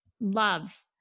Love